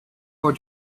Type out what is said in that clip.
her